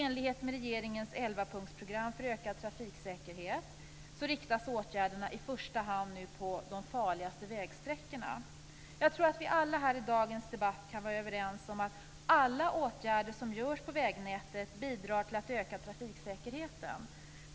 I enlighet med regeringens 11-punktersprogram för ökad trafiksäkerhet inriktas åtgärderna i första hand på de farligaste vägsträckorna. Jag tror att vi alla här i dagens debatt kan vara överens om att alla åtgärder som görs på vägnätet bidrar till att öka trafiksäkerheten.